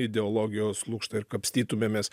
ideologijos lukštą ir kapstytumėmės